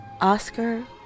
Oscar